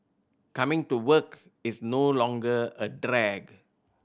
coming to work is no longer a drag